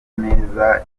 neza